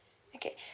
okay